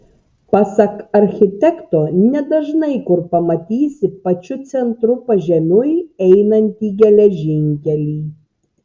pasak architekto nedažnai kur pamatysi pačiu centru pažemiui einantį geležinkelį